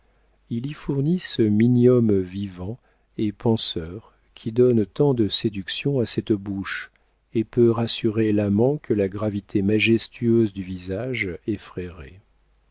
il y fournit ce minium vivant et penseur qui donne tant de séductions à cette bouche et peut rassurer l'amant que la gravité majestueuse du visage